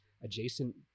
adjacent